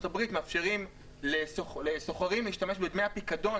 הברית מאפשרים לשוכרים להשתמש בדמי הפיקדון,